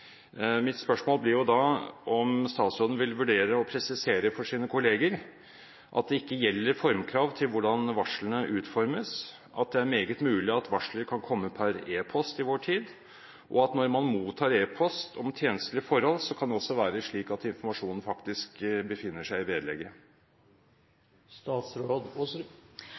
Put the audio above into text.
Mitt spørsmål blir om statsråden vil vurdere å presisere for sine kolleger at det ikke gjelder formkrav til hvordan varslene utformes, at det er meget mulig at varsler kan komme per e-post i vår tid, og at når man mottar e-post om tjenestlige forhold, kan det være slik at informasjonen faktisk befinner seg i vedlegget? Dersom det er uklarheter rundt regelverket, er det sjølsagt mulig å